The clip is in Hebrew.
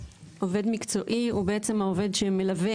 עובד מקצועי הוא בעצם העובד שמלווה